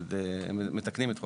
הם מתקנים את זה.